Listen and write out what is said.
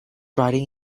riding